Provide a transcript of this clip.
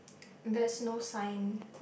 there's no sign